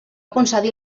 concedir